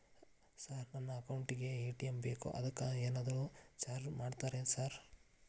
Sir ನನ್ನ account ಗೇ ATM ಬೇಕು ಅದಕ್ಕ ಏನಾದ್ರು ಚಾರ್ಜ್ ಮಾಡ್ತೇರಾ ಸರ್?